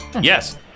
Yes